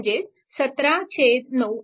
म्हणजे 17 9A